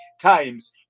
times